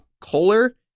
Kohler